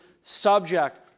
subject